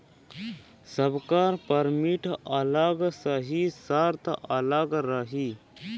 सबकर परमिट अलग रही सर्त अलग रही